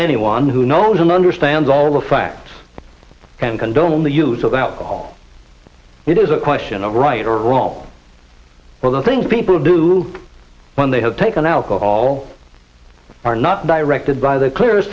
anyone who knows and understands all the facts can condone the use of alcohol it is a question of right or wrong all the things people do when they have taken alcohol are not directed by their clear